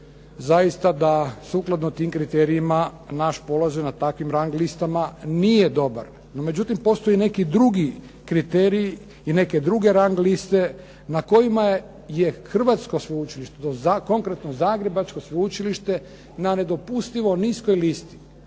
zaista da sukladno tim kriterijima naš položaj na takvim rang listama nije dobar. No međutim, postoji neki drugi kriterij i neke druge rang liste na kojima je hrvatsko sveučilište, konkretno Zagrebačko Sveučilište na nedopustivo niskoj listi.